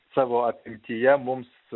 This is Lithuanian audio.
savo apimtyje mums